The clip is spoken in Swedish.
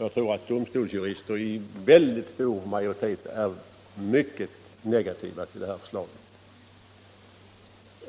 Jag tror att en stor majoritet av domstolsjuristerna är mycket negativa till detta förslag.